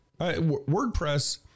WordPress